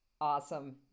Awesome